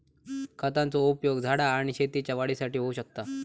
खतांचो उपयोग झाडा आणि शेतीच्या वाढीसाठी होऊ शकता